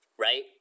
right